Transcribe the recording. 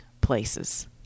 Places